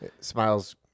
Smile's